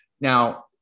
Now